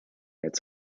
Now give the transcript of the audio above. its